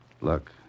Look